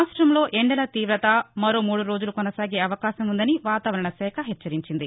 రాష్ట్రంలో ఎండల తీవత మరో మూడు రోజులు కొనసాగే అవకాశం ఉందని వాతావరణ శాఖ హెచ్చరించింది